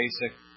basic